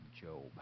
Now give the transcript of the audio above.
Job